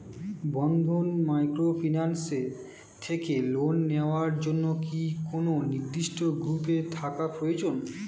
বন্ধন microfinance থেকে loan নেওয়ার জন্য কি কোন নির্দিষ্ট গ্রুপে থাকা প্রয়োজন?